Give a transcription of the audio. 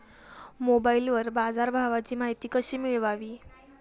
मोबाइलवर बाजारभावाची माहिती कशी मिळवावी?